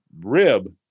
rib